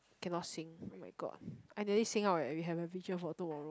cannot sing oh my god I nearly sing out eh we had a vision for tomorrow